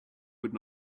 would